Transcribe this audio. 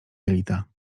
jelita